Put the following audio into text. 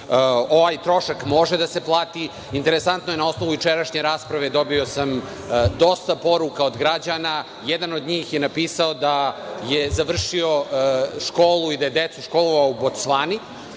Ovaj trošak može da se plati. Interesantno je, na osnovu jučerašnje rasprave dobio sam dosta poruka od građana. Jedan od njih je napisao da je završio školu i da je decu školovao u Bocvani